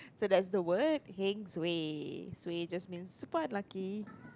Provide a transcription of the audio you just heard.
so that's the word heng suay suay just means super unlucky